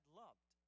loved